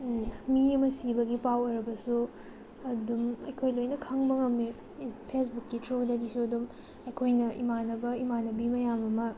ꯃꯤ ꯑꯃ ꯁꯤꯕꯒꯤ ꯄꯥꯎ ꯑꯣꯏꯔꯕꯁꯨ ꯑꯗꯨꯝ ꯑꯩꯈꯣꯏ ꯂꯣꯏꯅ ꯈꯪꯕ ꯉꯝꯏ ꯐꯦꯁꯕꯨꯛꯀꯤ ꯊ꯭ꯔꯨꯗꯒꯤꯁꯨ ꯑꯗꯨꯝ ꯑꯩꯈꯣꯏꯅ ꯏꯃꯥꯟꯅꯕ ꯏꯃꯥꯟꯅꯕꯤ ꯃꯌꯥꯝ ꯑꯃ